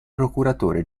procuratore